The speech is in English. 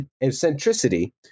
eccentricity